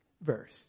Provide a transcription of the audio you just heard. verse